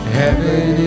heaven